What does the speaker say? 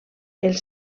els